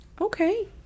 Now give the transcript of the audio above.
Okay